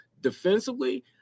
Defensively